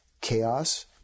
chaos